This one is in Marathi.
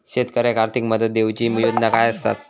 शेतकऱ्याक आर्थिक मदत देऊची योजना काय आसत?